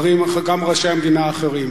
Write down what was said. וגם ראשי המדינה האחרים.